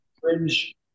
fringe